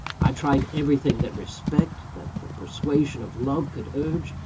i tried everything that respect, that the persuasion of love could urge,